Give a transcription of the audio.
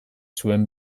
zuen